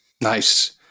Nice